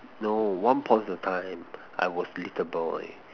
no once upon the time I was little boy